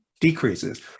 decreases